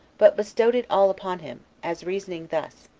but bestowed it all upon him as reasoning thus,